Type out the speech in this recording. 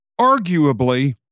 arguably